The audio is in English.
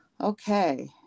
okay